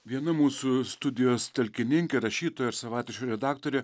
viena mūsų studijos talkininkė rašytoja ir savaitraščio redaktorė